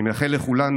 אני מאחל לכולנו,